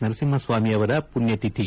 ನರಸಿಂಹಸ್ವಾಮಿ ಅವರ ಮಣ್ಣತಿಥಿ